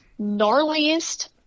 gnarliest